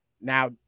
Now